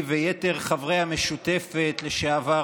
אז אחמד טיבי ויתר חברי המשותפת לשעבר,